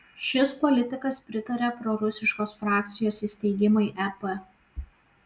šis politikas pritaria prorusiškos frakcijos įsteigimui ep